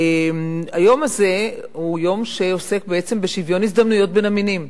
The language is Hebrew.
היום הזה הוא יום שעוסק בעצם בשוויון הזדמנויות בין המינים,